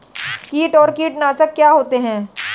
कीट और कीटनाशक क्या होते हैं?